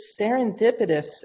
serendipitous